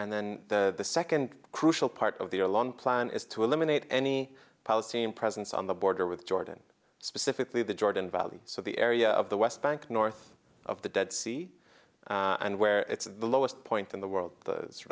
and then the second crucial part of the year long plan is to eliminate any palestinian presence on the border with jordan specifically the jordan valley so the area of the west bank north of the dead sea and where it's the lowest point in the world